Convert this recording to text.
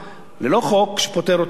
ללא חוק שפוטר אותם,